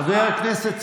חבר הכנסת סובה,